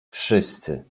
wszyscy